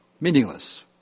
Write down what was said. meaningless